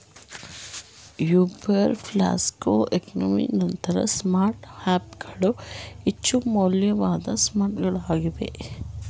Uber, Flipkart, ಎಕ್ಸಾಮಿ ನಂತಹ smart app ಗಳು ಹೆಚ್ಚು ಮೌಲ್ಯಯುತವಾದ ಸ್ಮಾರ್ಟ್ಗಳಾಗಿವೆ